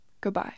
Goodbye